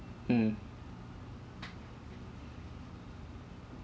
mm